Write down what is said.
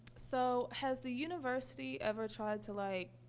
so has the university ever tried to, like,